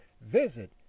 Visit